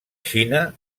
xina